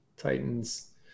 Titans